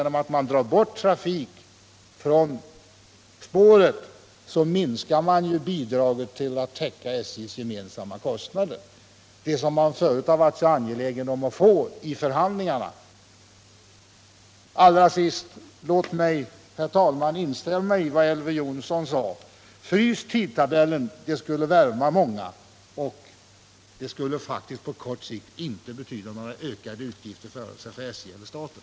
Om man drar bort trafik från spåret, minskar dessutom bidragen till täckning av SJ:s gemensamma kostnader, som man tidigare i förhandlingarna ju varit så angelägen om att få. Låt mig allra sist, herr talman, instämma i Elver Jonssons uppmaning att frysa tidtabellen. Det skulle värma mångas hjärtan, och det skulle på kort sikt faktiskt inte betyda några ökade utgifter vare sig för SJ eller för staten.